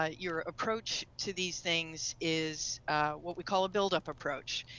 ah your approach to these things is what we call a build-up approach.